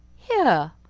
here!